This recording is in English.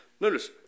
Notice